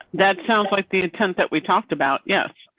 that sounds like the intent that we talked about. yes,